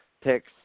picks